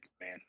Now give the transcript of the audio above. man